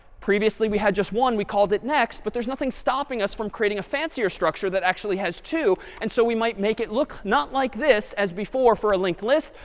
previously, we had just one we called it next. but there's nothing stopping us from creating a fancier structure that actually has two. and so we might make it look not like this as before for a linked list,